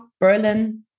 berlin